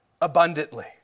abundantly